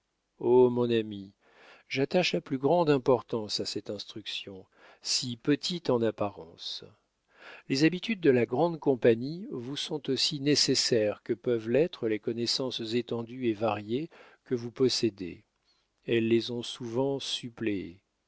mon ami j'attache la plus grande importance à cette instruction si petite en apparence les habitudes de la grande compagnie vous sont aussi nécessaires que peuvent l'être les connaissances étendues et variées que vous possédez elles les ont souvent suppléées